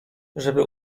żeby